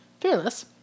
fearless